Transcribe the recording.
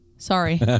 sorry